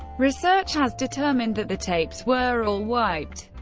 research has determined that the tapes were all wiped.